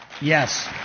Yes